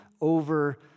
over